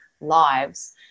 lives